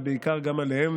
ובעיקר גם עליהם,